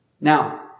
Now